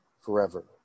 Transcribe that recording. forever